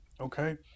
okay